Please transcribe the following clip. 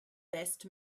best